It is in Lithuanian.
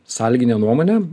sąlyginę nuomonę